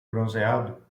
bronzeado